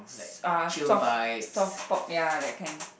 uh soft soft pop ya that kind